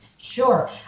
Sure